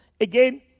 again